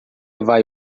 vai